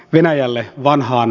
venäjälle vanhan